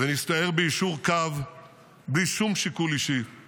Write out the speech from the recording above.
ונסתער ביישור קו בלי שום שיקול אישי";